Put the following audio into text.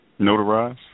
Notarized